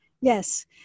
Yes